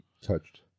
touched